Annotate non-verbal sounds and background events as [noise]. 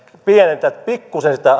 pienennetään pikkuisen sitä [unintelligible]